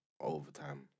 overtime